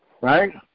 right